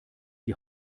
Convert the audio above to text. die